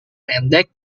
pendek